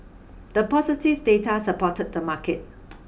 the positive data supported the market